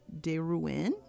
Deruin